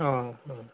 অঁ অঁ